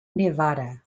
nevada